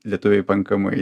lietuviai pankamai